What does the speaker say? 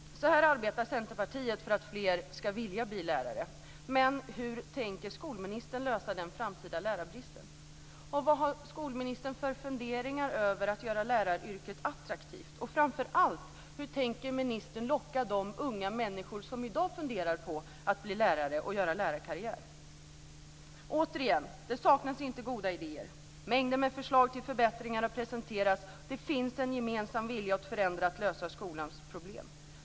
Så här arbetar Centerpartiet för att fler ska vilja bli lärare. Men hur tänker skolministern lösa den framtida lärarbristen? Vad har skolministern för funderingar om att göra läraryrket attraktivt, och framför allt: Hur tänker ministern locka de unga människor som i dag funderar på att bli lärare och göra lärarkarriär? Återigen: Det saknas inte goda idéer. Mängder med förslag till förbättringar har presenterats. Det finns en gemensam vilja att förändra och att lösa skolans problem.